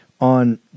on